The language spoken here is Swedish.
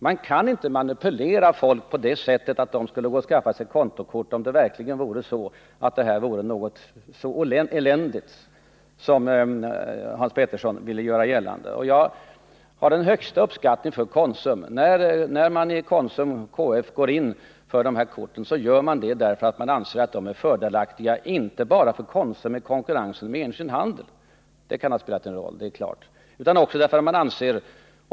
Man kaninte manipulera folk till att skaffa sig kontokort, om dessa verkligen vore så eländiga som Hans Petersson vill göra gällande. Jag har den högsta uppskattning för Konsum. När KF inför dessa kort, sker det därför att man anser att de är fördelaktiga inte bara för Konsum i konkurrens med enskild handel — även om det givetvis kan ha spelat en roll — utan också för konsumenterna.